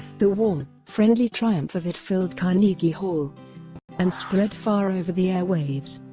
the warm, friendly triumph of it filled carnegie hall and spread far over the air waves.